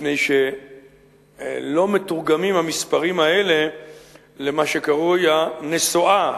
מפני שהמספרים האלה לא מתורגמים למה שקרוי "נסועה".